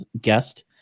guest